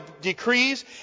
decrees